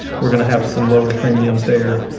we're going to have some lower premiums there.